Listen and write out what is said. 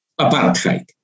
apartheid